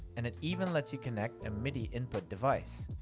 and it even lets you connect a midi input device.